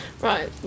Right